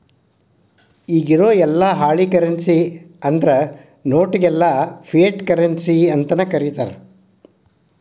ಇಗಿರೊ ಯೆಲ್ಲಾ ಹಾಳಿ ಕರೆನ್ಸಿ ಅಂದ್ರ ನೋಟ್ ಗೆಲ್ಲಾ ಫಿಯಟ್ ಕರೆನ್ಸಿ ಅಂತನ ಕರೇತಾರ